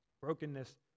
brokenness